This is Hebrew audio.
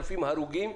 אלא הרוגים.